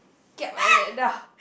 kiap like that